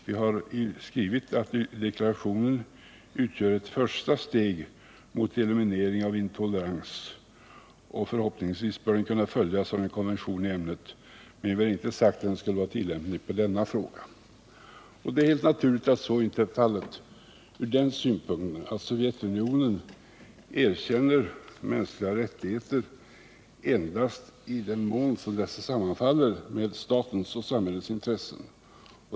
Vi har skrivit att deklarationen utgör ett första steg mot eliminering av intolerans, och förhoppningsvis bör deklarationen kunna följas av en konvention i ämnet, men vi har inte sagt att den skulle vara tillämplig när det gäller denna fråga. Det är helt naturligt att så inte är fallet från den synpunkten att Sovjetunionen erkänner mänskliga rättigheter endast i den mån som dessa sammanfaller med statens och samhällets intressen.